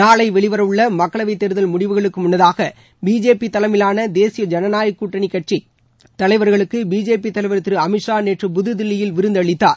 நாளை வெளிவர உள்ள மக்களவை தேர்தல் முடிவுகளுக்கு முன்னதாக பிஜேபி தலைமையிலான தேசிய ஜனநாயகக் கூட்டணி கட்சி தலைவர்களுக்கு பிஜேபி தலைவர் திரு அமித்ஷா நேற்று புதுதில்லியில் விருந்தளித்தார்